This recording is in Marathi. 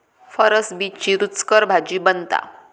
फरसबीची रूचकर भाजी बनता